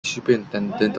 superintendent